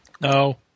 No